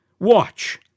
Watch